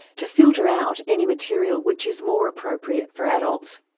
to filter out any material which is more appropriate for adults.